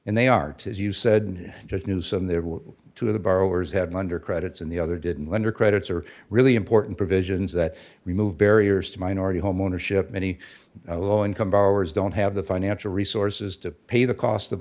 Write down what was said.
and they are as you said just newsome there were two of the borrowers had under credits and the other didn't lend or credits are really important provisions that remove barriers to minority homeownership many low income borrowers don't have the financial resources to pay the cost of